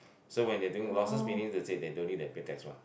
so when they're doing losses meaning to say that they don't need to pay tax mah